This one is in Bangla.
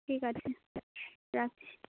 ঠিক আছে রাখছি